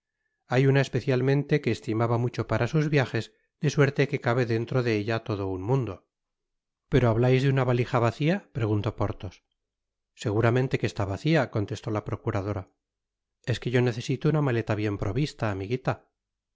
hay una especialmente que estimaba mucho para sus viajes de suerte que cabe dentro de ella todo un mundo pero hablais de una balija vacia preguntó porthos seguramente que está vacia contestó ta procuradora es que yo necesito una maleta bien provista amiguita